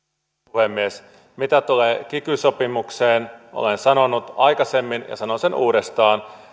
puhemies mitä tulee kiky sopimukseen olen sanonut aikaisemmin ja sanon sen uudestaan että